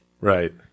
Right